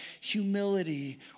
humility